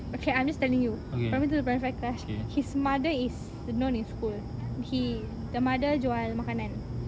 okay I miss telling you primary to primary five class his mother is known in school he the mother jual makanan